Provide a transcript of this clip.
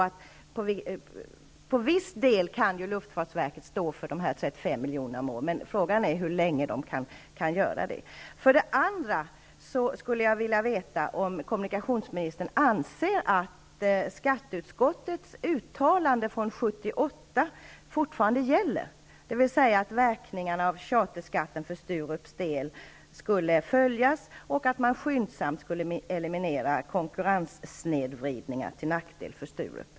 Till vissa delar kan luftfartsverket stå för dessa 35 miljoner om året, men frågan är som sagt hur länge man kan göra det. Sturups del skall följas upp och att man skyndsamt skall eliminera konkurrenssnedvridningar som är till nackdel för Sturup.